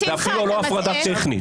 זאת אפילו לא הפרדה טכנית.